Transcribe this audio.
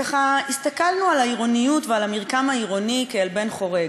הסתכלנו על העירוניות ועל המרקם העירוני כעל בן חורג.